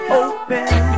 open